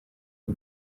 iyi